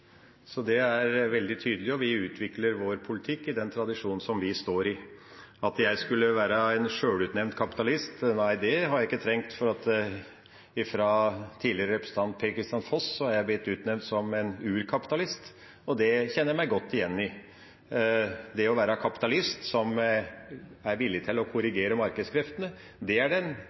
veldig tydelig, og vi utvikler vår politikk i den tradisjonen som vi står i. At jeg skulle være en sjølutnevnt kapitalist – nei, det har jeg ikke trengt, for fra tidligere representant Per-Kristian Foss har jeg blitt utnevnt til urkapitalist, og det kjenner jeg meg godt igjen i. Det å være kapitalist, villig til å korrigere markedskreftene, er den gode delen av norsk tradisjon, det er